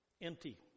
Empty